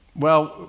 well,